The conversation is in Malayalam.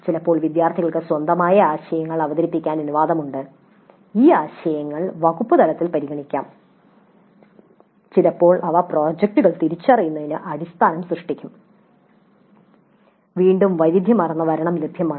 ചിലപ്പോൾ വിദ്യാർത്ഥികൾക്ക് അവരുടെ സ്വന്തം ആശയങ്ങൾ അവതരിപ്പിക്കാൻ അനുവാദമുണ്ട് ഈ ആശയങ്ങൾ വകുപ്പ് തലത്തിൽ പരിഗണിക്കാം ചിലപ്പോൾ അവ പ്രോജക്റ്റുകൾ തിരിച്ചറിയുന്നതിനുള്ള അടിസ്ഥാനം സൃഷ്ടിക്കും വീണ്ടും വൈവിധ്യമാർന്ന വരണം ലഭ്യമാണ്